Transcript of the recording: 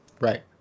Right